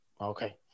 Okay